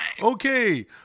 Okay